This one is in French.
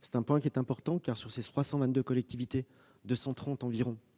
Ce point est important car, sur ces 322 collectivités, 230 environ